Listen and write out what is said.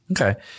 Okay